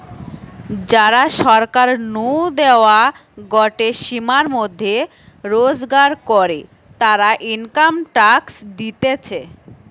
যারা সরকার নু দেওয়া গটে সীমার মধ্যে রোজগার করে, তারা ইনকাম ট্যাক্স দিতেছে